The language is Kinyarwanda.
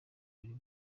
buri